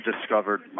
discovered